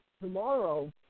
Tomorrow